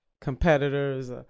competitors